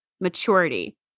maturity